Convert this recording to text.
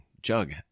Jug